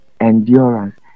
Endurance